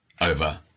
over